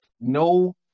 no